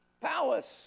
palace